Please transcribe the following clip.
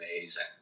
amazing